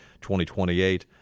2028